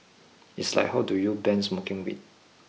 it's like how do you ban smoking weed